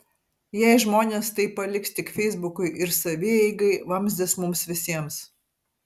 jei žmonės tai paliks tik feisbukui ir savieigai vamzdis mums visiems